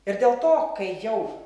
ir dėl to kai jau